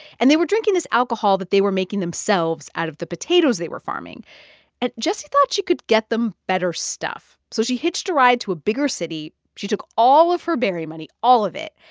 and they were drinking this alcohol that they were making themselves out of the potatoes they were farming and jessie thought she could get them better stuff. so she hitched a ride to a bigger city. she took all of her berry money all of it.